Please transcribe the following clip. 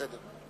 בסדר.